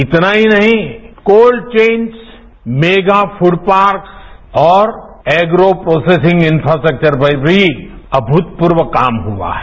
इतना ही नहीं cold chains mega food parks और एग्रो प्रोसेसिंग इन्फ्रास्ट्रक्वर पर भी अभ्तपूर्व काम हुआ है